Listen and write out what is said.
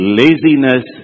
laziness